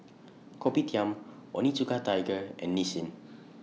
Kopitiam Onitsuka Tiger and Nissin